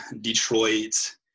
detroit